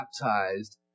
baptized